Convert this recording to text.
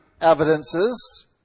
evidences